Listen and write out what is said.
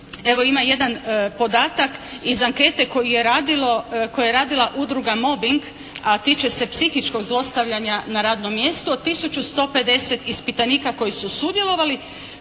evo ima jedan podatak iz ankete koju je radila udruga "Mobing" a tiče se psihičkog zlostavljanja na radnom mjestu od tisuću 150 ispitanika koji su sudjelovali